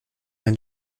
rien